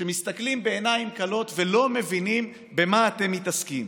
שמסתכלים בעיניים כלות ולא מבינים במה אתם מתעסקים.